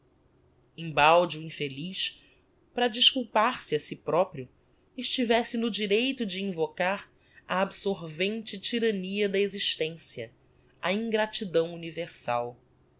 amazonia embalde o infeliz para desculpar se a si proprio estivesse no direito de invocar a absorvente tyrannia da existencia a ingratidão universal